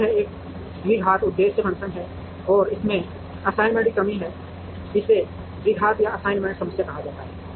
तो यह एक द्विघात उद्देश्य फ़ंक्शन है और इसमें असाइनमेंट की कमी है इसे द्विघात असाइनमेंट समस्या कहा जाता है